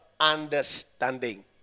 understanding